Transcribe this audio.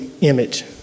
image